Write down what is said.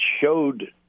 showed